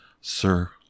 sir